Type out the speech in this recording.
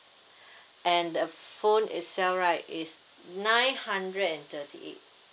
and the phone itself right is nine hundred and thirty eight